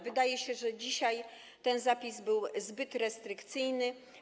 Wydaje się, że do dzisiaj ten zapis był zbyt restrykcyjny.